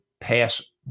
pass